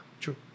true